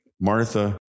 Martha